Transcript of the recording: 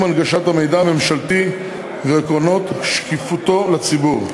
ליישום הנגשת המידע הממשלתי ועקרונות שקיפותו לציבור.